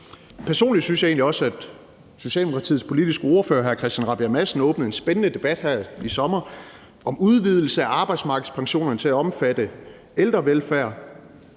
Personligt synes jeg egentlig også, at Socialdemokratiets politiske ordfører, hr. Christian Rabjerg Madsen, åbnede en spændende debat her i sommer om udvidelse af arbejdsmarkedspensioner til at omfatte ældrevelfærd.